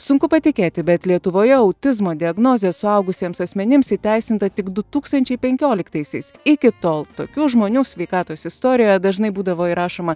sunku patikėti bet lietuvoje autizmo diagnozė suaugusiems asmenims įteisinta tik du tūkstančiai penkioliktaisiais iki tol tokių žmonių sveikatos istorijoje dažnai būdavo įrašoma